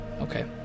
okay